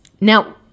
Now